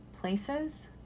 places